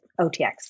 OTX